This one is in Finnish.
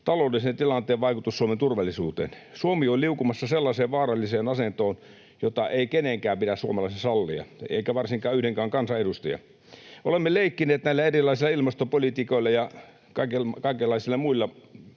taloudellisen tilanteen vaikutus Suomen turvallisuuteen. Suomi on liukumassa sellaiseen vaaralliseen asentoon, jota ei pidä kenenkään suomalaisen sallia, eikä varsinkaan yhdenkään kansanedustajan. Olemme leikkineet näillä erilaisilla ilmastopolitiikoilla ja kaikenlaisilla muilla